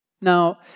Now